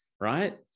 right